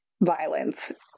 violence